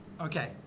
Okay